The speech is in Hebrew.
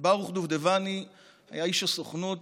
וברוך דובדבני היה איש הסוכנות,